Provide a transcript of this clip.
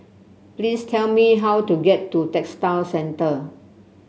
please tell me how to get to Textile Centre